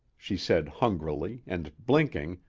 she said hungrily and, blinking,